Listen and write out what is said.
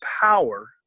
power